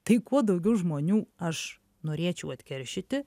tai kuo daugiau žmonių aš norėčiau atkeršyti